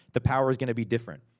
the power is gonna be different.